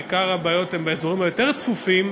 עיקר הבעיות הן באזורים היותר-צפופים.